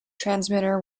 transmitter